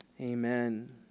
Amen